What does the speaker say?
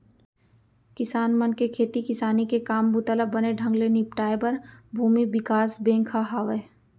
किसान मन के खेती किसानी के काम बूता ल बने ढंग ले निपटाए बर भूमि बिकास बेंक ह हावय